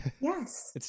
Yes